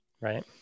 Right